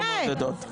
לא מעודדות.